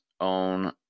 own